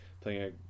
playing